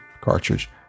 cartridge